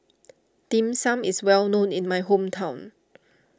Dim Sum is well known in my hometown